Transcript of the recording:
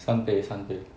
三倍三倍